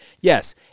Yes